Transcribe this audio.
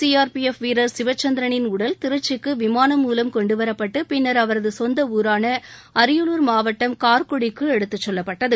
CRPF வீரர் சிவச்சந்திரனின் உடல் திருச்சிக்கு விமானம் மூவம் கொண்டு வரப்பட்டு பின்னர் அவரது சொந்த ஊரான அரியலூர் மாவட்டம் கார்குடிக்கு எடுத்துச்செல்லப்பட்டது